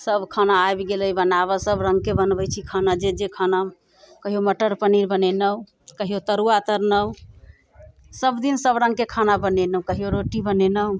सभ खाना आबि गेल अइ बनाबऽ सभ रङ्गके बनबै छी खाना जे जे कहियो मटर पनीर बनेनहुँ कहियो तरुवा तरनौ सभ दिन सभ रङ्गके खाना बनेनहुँ कहियो रोटी बनेनहुँ